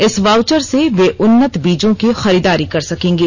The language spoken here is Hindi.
इस वाउचर से वे उन्नत बीजों की खरीदारी कर सकेंगे